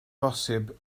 bosibl